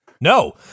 No